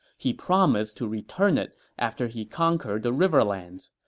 he promised to return it after he conquered the riverlands.